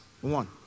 one